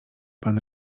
pan